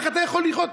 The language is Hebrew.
איך אתה יכול לראות?